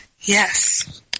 Yes